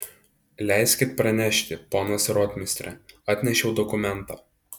leiskit pranešti ponas rotmistre atnešiau dokumentą